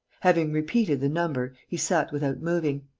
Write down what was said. having repeated the number, he sat without moving.